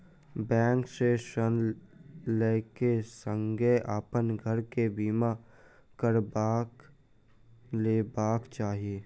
bank से ऋण लै क संगै अपन घर के बीमा करबा लेबाक चाही